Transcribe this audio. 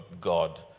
God